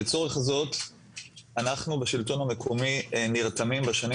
לצורך זאת אנחנו בשלטון המקומי נרתמים בשנים